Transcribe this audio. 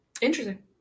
Interesting